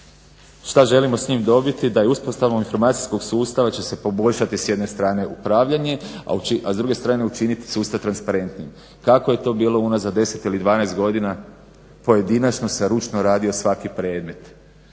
šta želimo s njim dobiti da uspostavom informacijskog sustava će se poboljšati s jedne strane upravljanje, a s druge strane učiniti sustav transparentnijim. Kako je to bilo unazad 10 ili 12 godina, pojedinačno se ručno radio svaki predmet.